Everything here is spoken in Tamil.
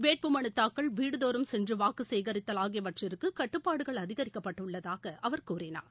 வேட்புமலு தாக்கல் வீடு தோறும் சென்று வாக்கு சேகரித்தல் ஆகியவற்றுக்கு கட்டுப்பாடுகள் அதிகரிக்கப்பட்டுள்ளதாக அவர் கூறினார்